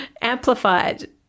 amplified